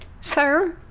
sir